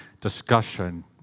discussion